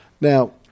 Now